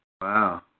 Wow